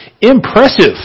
impressive